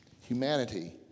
Humanity